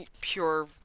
pure